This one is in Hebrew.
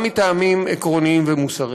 גם מטעמים עקרוניים ומוסריים.